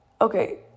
okay